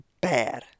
bad